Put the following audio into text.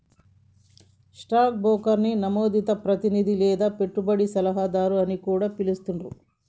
stock బ్రోకర్ని నమోదిత ప్రతినిధి లేదా పెట్టుబడి సలహాదారు అని కూడా పిలుత్తాండ్రు